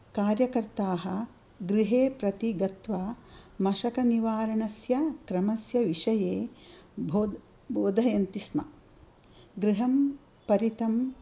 कार्यकर्ताः गृहे प्रति गत्वा मशकनिवारणस्य क्रमस्य विषये भो बोधयन्ति स्म गृहं परितम्